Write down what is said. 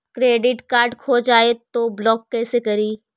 Credit card खो जाए तो ब्लॉक कैसे करी?